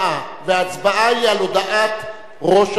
וההצבעה היא על הודעת ראש הממשלה.